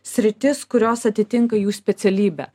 sritis kurios atitinka jų specialybę